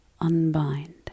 unbind